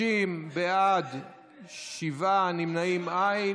60, בעד שבעה, נמנעים, אין.